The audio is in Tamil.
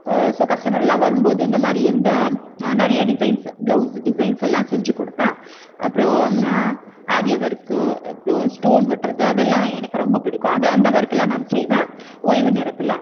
ஸோ கஸ்டமருலாம் வரும் போது இந்தமாதிரி எந்த நிறைய டிசைன்ஸ் பிளவுஸ் டிசைன்ஸ் எல்லாம் செஞ்சு கொடுப்பேன் அப்றம்னா ஆரி ஒர்க்கு அப்றம் ஸ்டோன் ஒட்டுறது அதலாம் எனக்கு ரொம்ப பிடிக்கும் அதை அந்த ஒர்க்லான் நான் செய்வேன் ஓய்வு நேரத்தில்